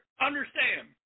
Understand